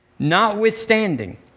Notwithstanding